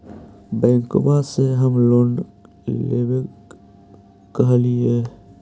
बैंकवा से हम लोन लेवेल कहलिऐ?